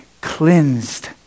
cleansed